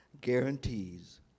guarantees